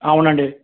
అవునండి